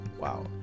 Wow